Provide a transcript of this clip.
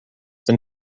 than